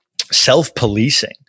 Self-policing